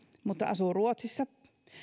mutta asuu ruotsissa